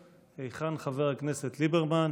היכן חבר הכנסת ליברמן?